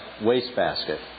wastebasket